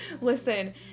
Listen